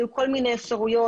היו כל מיני אפשרויות,